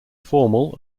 formal